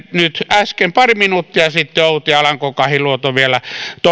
äsken pari minuuttia sitten outi alanko kahiluoto vielä